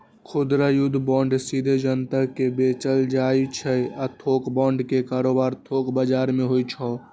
खुदरा युद्ध बांड सीधे जनता कें बेचल जाइ छै आ थोक बांड के कारोबार थोक बाजार मे होइ छै